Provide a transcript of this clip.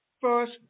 first